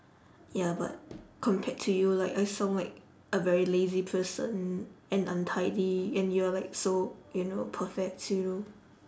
ya but compared to you like I sound like a very lazy person and untidy and you're like so you know perfect you know